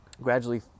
Gradually